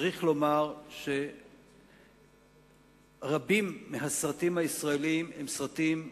צריך לומר שרבים מהסרטים הישראליים הם סרטים ראויים,